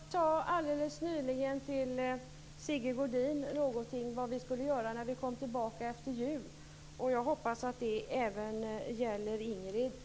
Fru talman! Jag sade alldeles nyligen till Sigge Godin någonting vad vi skulle göra när vi kommer tillbaka efter jul. Jag hoppas att det även kan gälla